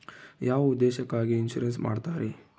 ಯಾವ ಉದ್ದೇಶಕ್ಕಾಗಿ ಇನ್ಸುರೆನ್ಸ್ ಮಾಡ್ತಾರೆ?